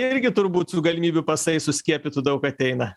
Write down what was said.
irgi turbūt su galimybių pasais suskiepytų daug ateina